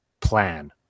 plan